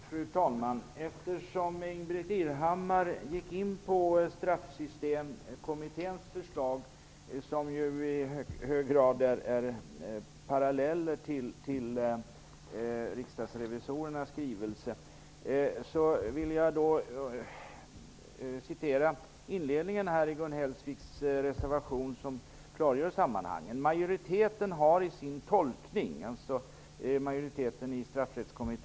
Fru talman! Eftersom Ingbritt Irhammar tog upp Straffsystemkommitténs förslag, som i hög grad är en parallell till riksdagsrevisorernas skrivelse, vill jag citera inledningen av Gun Hellsviks reservation i denna som klargör sammanhangen. Det gäller således majoriteten i Straffsystemkommittén.